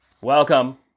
Welcome